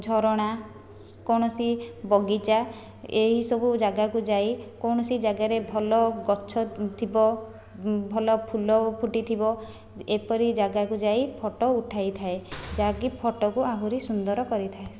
ଝରଣା କୌଣସି ବଗିଚା ଏହି ସବୁ ଜାଗାକୁ ଯାଇ କୌଣସି ଜାଗାରେ ଭଲ ଗଛ ଥିବ ଭଲ ଫୁଲ ଫୁଟିଥିବ ଏପରି ଜାଗାକୁ ଯାଇ ଫଟୋ ଉଠାଇଥାଏ ଯାହାକି ଫଟୋକୁ ଆହୁରି ସୁନ୍ଦର କରିଥାଏ